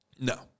No